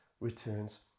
returns